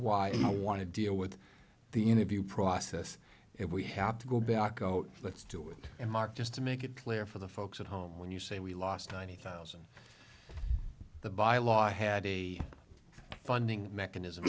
why i want to deal with the interview process if we have to go back oh let's do it and mark just to make it clear for the folks at home when you say we lost ninety thousand the bylaw had a funding mechanism